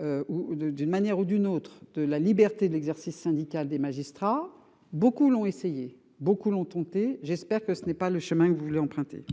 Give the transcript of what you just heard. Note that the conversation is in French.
Ou de, d'une manière ou d'une autre, de la liberté de l'exercice syndicale des magistrats. Beaucoup l'ont essayé beaucoup l'ont tenté, j'espère que ce n'est pas le chemin que vous voulez emprunter.